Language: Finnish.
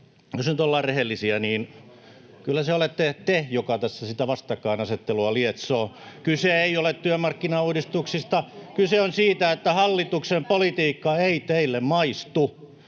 jos nyt ollaan rehellisiä, niin kyllä te olette se, joka tässä sitä vastakkainasettelua lietsoo. [Sosiaalidemokraattien ryhmästä: Ohhoh!] Kyse ei ole työmarkkinauudistuksista. Kyse on siitä, että hallituksen politiikka ei teille maistu.